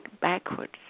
backwards